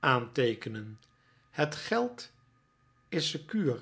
aanteekenen het geld is secuurj